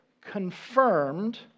confirmed